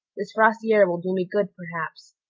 this frosty air will do me good, perhaps.